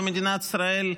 ומדינת ישראל,